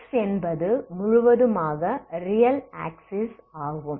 x என்பது முழுவதுமாக real axis ஆகும்